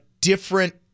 different